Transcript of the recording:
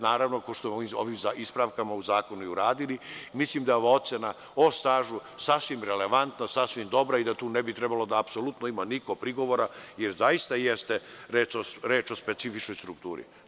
Naravno, kao što smo kod ovih ispravki zakona i uradili, mislim da ova ocena o stažu sasvim relevantna, sasvim dobra i tu ne bi trebalo da bude prigovora, jer zaista jeste reč o specifičnoj strukturi.